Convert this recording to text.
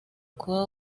kuba